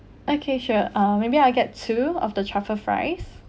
okay sure uh maybe I'll get two of the truffle fries